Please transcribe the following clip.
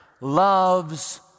loves